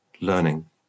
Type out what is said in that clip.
learning